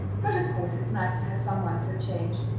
but, of course, it's nice to have some one for a change.